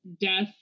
death